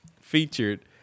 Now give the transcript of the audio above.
featured